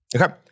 Okay